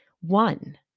one